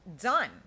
done